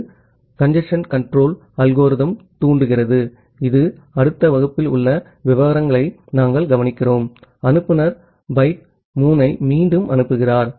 இது congestion control algorithm தூண்டுகிறது இது அடுத்த வகுப்பில் உள்ள விவரங்களை நாம் கவனிக்கிறோம் அனுப்புநர் பைட் 3 ஐ மீண்டும் அனுப்புகிறார்